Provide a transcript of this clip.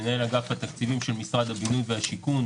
מנהל אגף התקציבים של משרד הבינוי והשיכון.